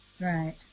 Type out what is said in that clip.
Right